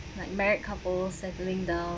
like married couple settling down